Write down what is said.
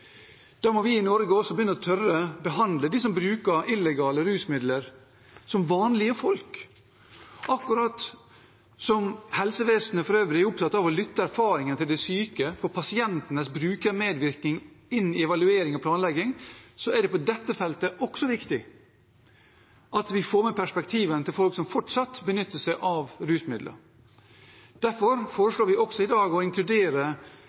Da må vi i Norge også begynne å tørre å behandle dem som bruker illegale rusmidler, som vanlige folk. Akkurat som helsevesenet for øvrig er opptatt av å lytte til erfaringen til de syke og få pasientenes brukermedvirkning inn i evaluering og planlegging, er det på dette feltet også viktig at vi får med perspektivene til folk som fortsatt benytter seg av rusmidler. Derfor foreslår vi også i dag å inkludere